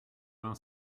vingt